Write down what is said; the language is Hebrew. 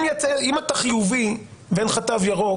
אם אתה חיובי ואין לך תו ירוק,